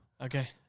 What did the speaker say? Okay